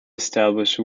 establish